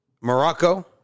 Morocco